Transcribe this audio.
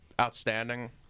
outstanding